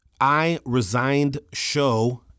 IResignedShow